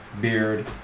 beard